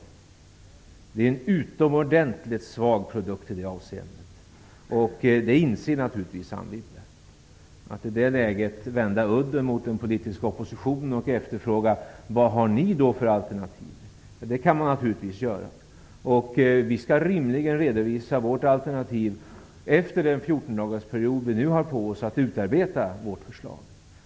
Finansplanen är en utomordentlig svag produkt i det avseendet, vilket Anne Wibble naturligtvis inser. I det läget kan man naturligtvis vända udden mot den politiska oppositionen och efterfråga vilka dess alternativ är. Vi skall redovisa vårt alternativ efter den 14-dagarsperiod som vi har på oss att utarbeta vårt förslag.